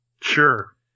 Sure